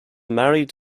married